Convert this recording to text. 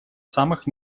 самых